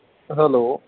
hello